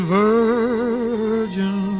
virgin